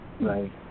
Right